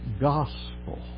gospel